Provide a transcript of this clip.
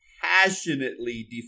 passionately